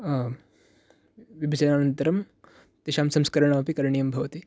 विभजनानन्तरं तेषां संस्करणमपि करणीयं भवति